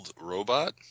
robot